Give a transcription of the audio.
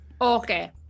Okay